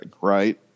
right